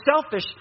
selfish